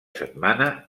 setmana